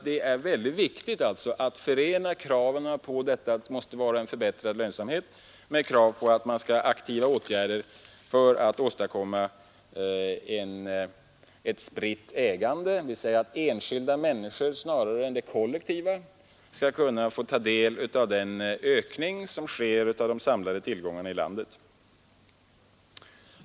Det är viktigt att förena krav på förbättrad lönsamhet med krav på aktiva åtgärder för att åstadkomma ett spritt ägande. Enskilda människor snarare än kollektivet skall kunna ta del av den ökning som sker av de samlade tillgångarna i landet.